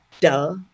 duh